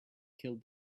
killed